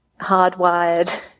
hardwired